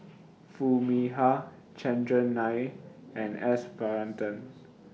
Foo Mee Har Chandran Nair and S Varathan